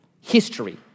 history